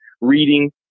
reading